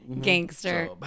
gangster